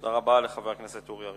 תודה רבה לחבר הכנסת אורי אריאל.